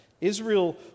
Israel